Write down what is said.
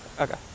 okay